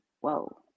whoa